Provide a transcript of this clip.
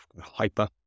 hyper